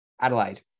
Adelaide